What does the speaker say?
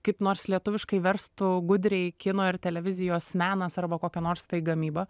kaip nors lietuviškai verstų gudriai kino ir televizijos menas arba kokia nors tai gamyba